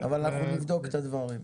אנחנו נבדוק את הדברים.